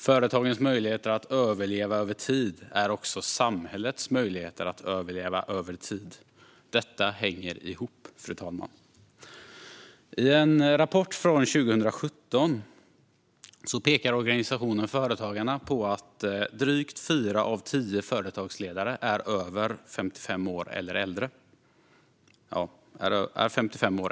Företagens möjligheter att överleva över tid är också samhällets möjligheter att överleva över tid. Detta hänger ihop, fru talman. I en rapport från 2017 pekar organisationen Företagarna på att drygt fyra av tio företagsledare är 55 år eller äldre.